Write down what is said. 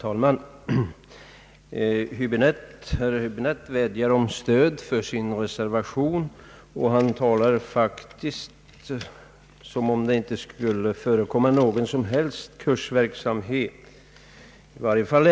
Herr talman! Herr Höäbinette vädjar om stöd för sin reservation, men han talar som om det inte skulle förekomma någon som helst kursverksamhet på detta område.